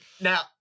Now